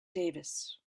davis